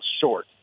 short